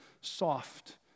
soft